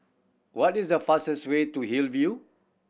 what is the fastest way to Hillview